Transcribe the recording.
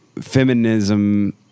feminism